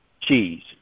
cheese